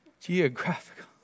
Geographical